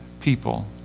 people